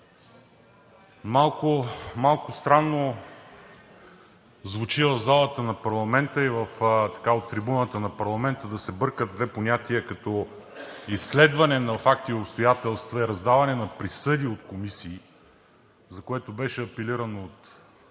Малко странно звучи в залата на парламента и от трибуната на парламента да се бъркат две понятия като изследване на факти и обстоятелства и раздаване на присъди от комисии, за което беше апелирано от